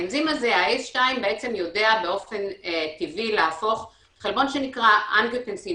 האנזים הזה יודע באופן טבעי להפוך חלבון שנקרא אנגיוטנסין